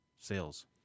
sales